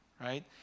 right